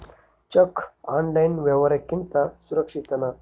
Cheque online ವ್ಯವಹಾರುಕ್ಕಿಂತ ಸುರಕ್ಷಿತನಾ?